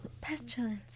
pestilence